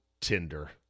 Tinder